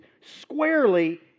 squarely